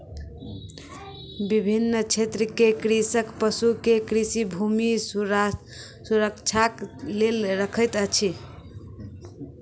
विभिन्न क्षेत्र में कृषक पशु के कृषि भूमि सुरक्षाक लेल रखैत अछि